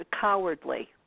cowardly